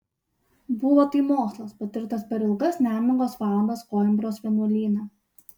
buvo tai mokslas patirtas per ilgas nemigos valandas koimbros vienuolyne